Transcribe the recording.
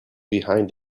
behind